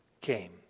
came